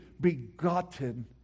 begotten